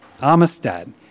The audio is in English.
Armistad